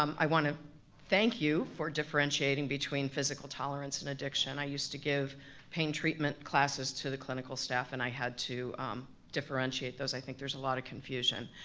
um i want to thank you for differentiating between physical tolerance and addiction. i used to give pain treatment classes to the clinical staff and i had to differentiate those, i think there's a lot of confusion.